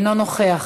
אינו נוכח,